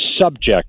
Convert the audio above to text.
subject